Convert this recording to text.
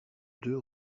deux